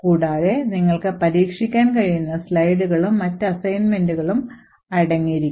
കൂടാതെ നിങ്ങൾക്ക് പരീക്ഷിക്കാൻ കഴിയുന്ന സ്ലൈഡുകളും മറ്റ് അസൈൻമെന്റുകളും അടങ്ങിയിരിക്കുന്നു